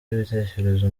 ibitekerezo